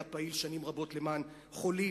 היה פעיל שנים רבות למען חולים,